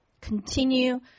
Continue